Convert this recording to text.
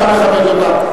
אתה מכבד אותה.